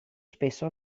spesso